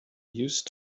used